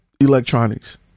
electronics